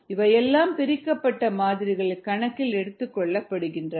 இவையெல்லாம் பிரிக்கப்பட்ட மாதிரிகளில் கணக்கில் எடுத்துக் கொள்ளப்படுகின்றன